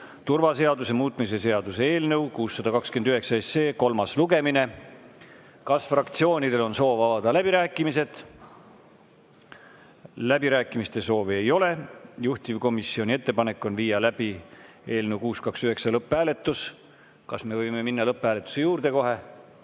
turvaseaduse muutmise seaduse eelnõu 629 kolmas lugemine. Kas fraktsioonidel on soov avada läbirääkimised? Läbirääkimiste soovi ei ole. Juhtivkomisjoni ettepanek on viia läbi eelnõu 629 lõpphääletus. Kas me võime kohe minna lõpphääletuse juurde?